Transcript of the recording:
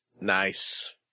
Nice